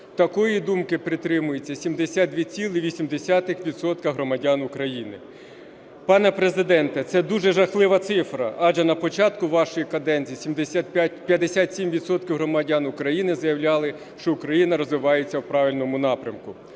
Такої думки притримуються 72,8 відсотка громадян України. Пане Президенте, це дуже жахлива цифра, адже на початку вашої каденції 57 відсотків громадян України заявляли, що Україна розвивається в правильному напрямку.